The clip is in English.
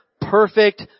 Perfect